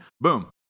boom